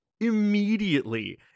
immediately